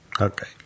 Okay